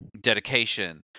dedication